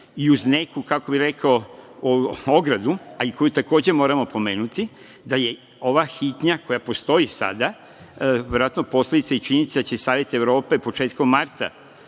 i uz neku, kako bih rekao, ogradu, a koju takođe moramo pomenuti, da je ova hitnja koja postoji sada, verovatno posledica i činjenica da će Savet Evrope početkom marta